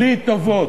בלי טובות.